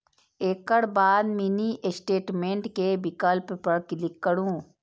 एकर बाद mini statement के विकल्प पर क्लिक करू